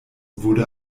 wurde